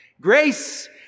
Grace